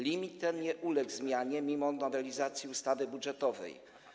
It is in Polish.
Limit ten nie uległ zmianie mimo nowelizacji ustawy budżetowej.